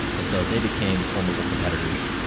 and so, they became formidable competitors.